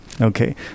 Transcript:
Okay